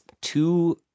Two